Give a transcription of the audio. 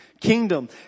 kingdom